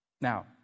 Now